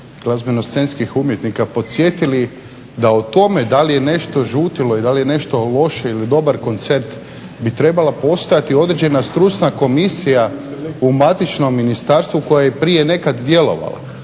glazbeno-scenskih umjetnika podsjetili da o tome da li je nešto žutilo i da li je nešto loš ili dobar koncert bi trebala postojati određena stručna komisija u matičnom ministarstvu koja je i prije nekad djelovala